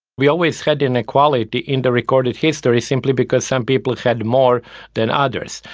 we always had inequality in the recorded history, simply because some people had more than others.